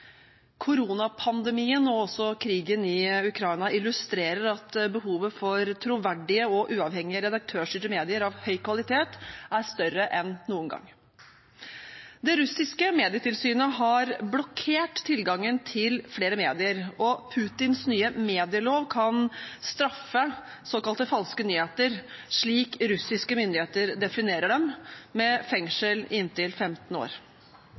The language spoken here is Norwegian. Koronapandemien og krigen i Ukraina illustrerer at behovet for troverdige og uavhengige redaktørstyrte medier av høy kvalitet er større enn noen gang. Det russiske medietilsynet har blokkert tilgangen til flere medier, og Putins nye medielov kan straffe såkalte falske nyheter, slik russiske myndigheter definerer dem, med fengsel i inntil 15 år.